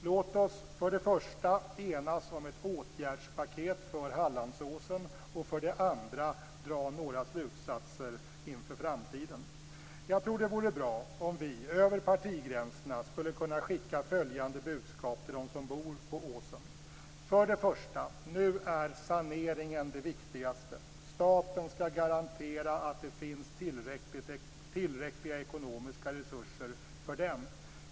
Låt oss för det första enas om ett åtgärdspaket för Hallandsåsen och för det andra dra några slutsatser inför framtiden. Jag tror det vore bra om vi över partigränserna skulle kunna skicka följande budskap till dem som bor på åsen. För det första: Nu är saneringen det viktigaste. Staten skall garantera att det finns tillräckliga ekonomiska resurser för den.